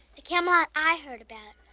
the camelot i heard about,